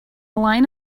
line